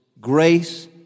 Grace